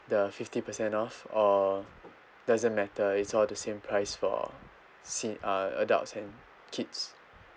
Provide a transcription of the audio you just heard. the fifty percent off or doesn't matter it's all the same price for see uh adults and kids